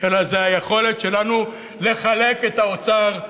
אלא זו היכולת שלנו לחלק את האוצר,